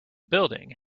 building